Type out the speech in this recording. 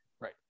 Right